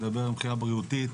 אני מדבר מבחינה בריאותית,